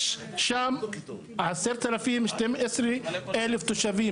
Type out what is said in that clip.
יש שם 10,000 או 12,000 תושבים,